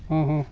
ହଁ ହଁ